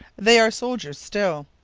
they are soldiers still.